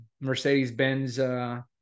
Mercedes-Benz